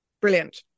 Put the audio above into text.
Brilliant